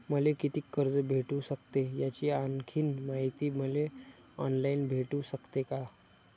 मले कितीक कर्ज भेटू सकते, याची आणखीन मायती मले ऑनलाईन भेटू सकते का?